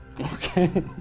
Okay